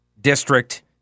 district